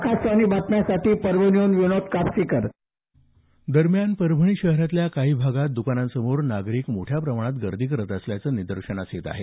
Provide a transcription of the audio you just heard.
आकाशवाणी बातम्यासाठी परभणीवरून विनोद कापसीकर दरम्यान परभणी शहरातल्या काही भागात दकानांसमोर नागरिक मोठ्या प्रमाणात गर्दी करत असल्याचं निदर्शनास येत आहे